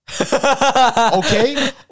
Okay